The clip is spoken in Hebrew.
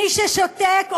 מי ששותק,